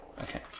Okay